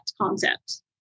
concept